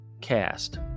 cast